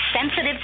sensitive